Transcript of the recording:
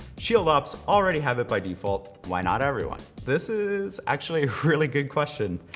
shield ops already have it by default. why not everyone? this is actually a really good question.